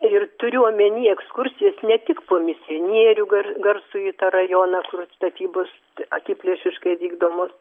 ir turiu omeny ekskursijas ne tik po misionierių gar garsųjį rajoną kur statybos akiplėšiškai vykdomos